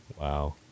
wow